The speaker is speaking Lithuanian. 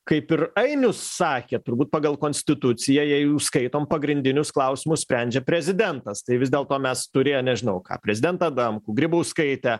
kaip ir ainius sakė turbūt pagal konstituciją jei jau skaitom pagrindinius klausimus sprendžia prezidentas tai vis dėlto mes turėję nežinau ką prezidentą adamkų grybauskaitę